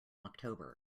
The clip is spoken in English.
october